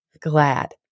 glad